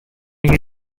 you